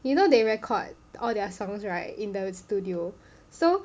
you know they record all their songs right in the studio so